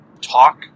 talk